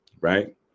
right